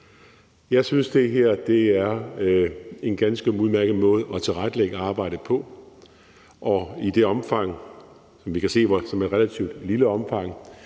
Jeg synes, det her er en ganske udmærket måde at tilrettelægge arbejdet på, og i det omfang, som vi kan se er et relativt lille omfang,